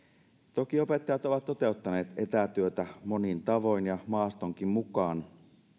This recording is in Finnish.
toki opettajat ovat toteuttaneet etätyötä monin tavoin ja maastonkin mukaan